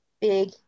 Big